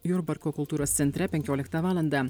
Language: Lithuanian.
jurbarko kultūros centre penkioliktą valandą